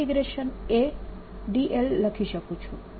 dl લખી શકું છું